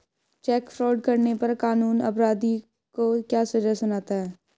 Check fraud करने पर कानून अपराधी को क्या सजा सुनाता है?